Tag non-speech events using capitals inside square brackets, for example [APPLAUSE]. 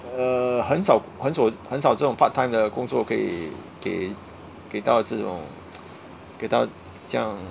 err 很少很少很少这种 part time 的工作可以给给到这种 [NOISE] 给到这样